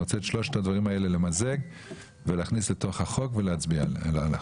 אני רוצה את שלושת הדברים האלה למזג ולהכניס לתוך החוק ולהצביע על החוק.